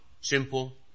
simple